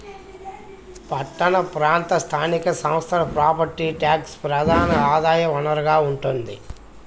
పట్టణ ప్రాంత స్థానిక సంస్థలకి ప్రాపర్టీ ట్యాక్సే ప్రధాన ఆదాయ వనరుగా ఉంటోంది